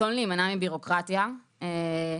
הרצון להימנע מבירוקרטיה הוא מובן.